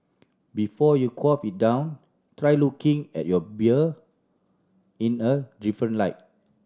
before you quaff it down try looking at your beer in a different light